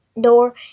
door